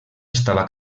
estava